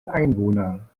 einwohner